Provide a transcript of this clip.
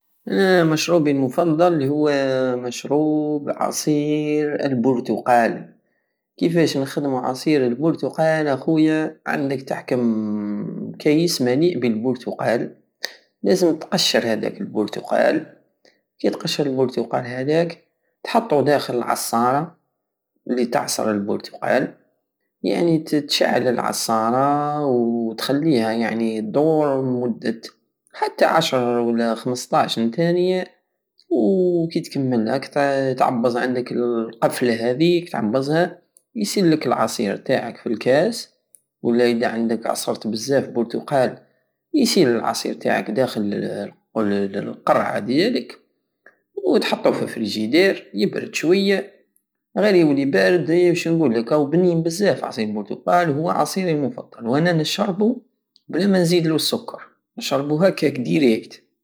مشروبي المفضل هو مشروب عصير البرتقال كيفاش نخدمو عصير البرتقال ا خويا عندك تحكم كيس مليء بالبرتقال لزم تقشر هداك البرتقال كي تقشر البرتقال هداك تحطو داخل العصارة الي تعصر البرتقال يعني تشعل العصارة وتخليها يعني الدور مدة حتى عشر ولا خمسطاش نتانية وكي تكمل هاك تعبز عندك القفلة هديك تعبزها يسيلك العصير تاعك فالكاس ولا ادا عندك عصرت بزاف برتقال يسيل العصير تاعك داخل القرعة ديالك وتحطو في فريجيدار يبرد شوية غير يولي بارد واش نقلك هاو بنين بزاف عصير البرتقال وانا نشربو بلا مانزيدلو السكر نشربو هكاك ديريكت